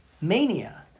mania